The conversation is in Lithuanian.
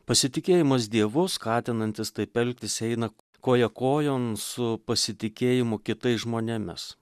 pasitikėjimas dievu skatinantis taip elgtis eina koja kojon su pasitikėjimu kitais žmonėmis